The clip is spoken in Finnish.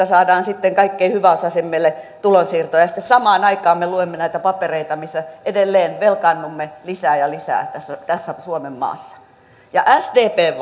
saadaan sitten kaikkein hyväosaisimmille tulonsiirtoja ja sitten samaan aikaan me luemme näitä papereita missä edelleen velkaannumme lisää ja lisää tässä tässä suomenmaassa sdpn